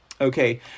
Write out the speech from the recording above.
Okay